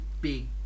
big